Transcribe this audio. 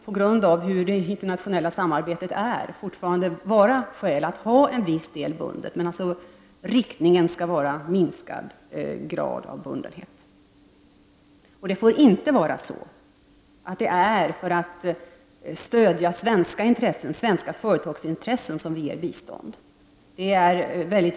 På grund av hur det internationella samarbetet är kan det fortfarande finnas skäl att ha en viss del bundet. Men inriktningen skall vara minskad grad av bundenhet. Det får inte vara så att det är för att stödja svenska företagsintressen som Sverige skall ge bistånd.